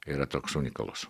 yra toks unikalus